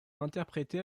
interpréter